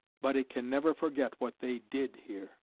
but it can never forget what they did here.